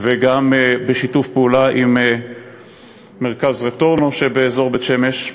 וגם בשיתוף פעולה עם מרכז "רטורנו" שבאזור בית-שמש,